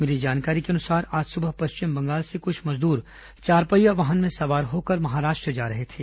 मिली जानकारी के अनुसार आज सुबह पश्चिम बंगाल से कुछ मजदूर चारपहिया वाहन में सवार होकर महाराष्ट्र जा रहे थे